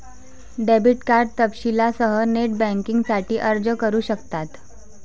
debit card तपशीलांसह net बँकिंगसाठी अर्ज करू शकतात